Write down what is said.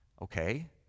Okay